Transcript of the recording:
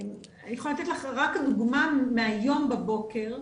אני יכולה לתת לך רק דוגמה מהיום בבוקר,